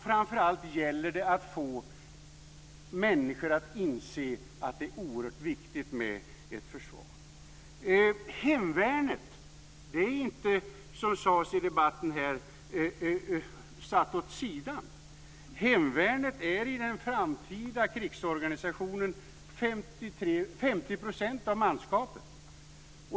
Framför allt gäller det att få människor att inse att det är oerhört viktigt med ett försvar. Hemvärnet är inte, som sades i debatten här, satt åt sidan. Hemvärnet utgör i den framtida krigsorganisationen 50 % av manskapet.